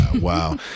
Wow